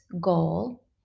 goal